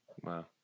Wow